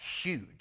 huge